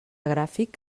gràfic